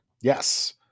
Yes